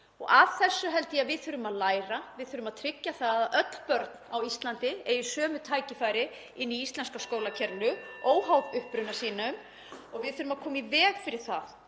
Af þessu held ég að við þurfum að læra. Við þurfum að tryggja að öll börn á Íslandi eigi sömu tækifæri í íslenska skólakerfinu óháð uppruna sínum (Forseti hringir.) og við þurfum að koma í veg fyrir það